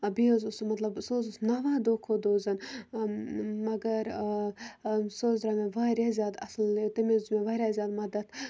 بیٚیہِ حظ اوس سُہ مطلب سُہ حظ اوس نَوا دۄہ کھۄتہٕ دۄہ زَن مگر سُہ حظ درٛاو مےٚ واریاہ زیادٕ اَصٕل تٔمۍ حظ دیُت مےٚ واریاہ زیادٕ مَدد